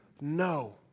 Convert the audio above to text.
No